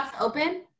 open